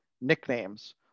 nicknames